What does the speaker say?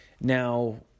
Now